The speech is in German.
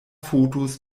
fotos